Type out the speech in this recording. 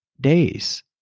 days